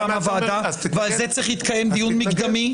הוועדה ועל זה צריך להתקיים דיון מקדמי?